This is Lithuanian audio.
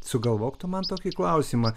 sugalvok tu man tokį klausimą